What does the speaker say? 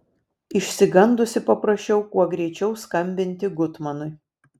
išsigandusi paprašiau kuo greičiau skambinti gutmanui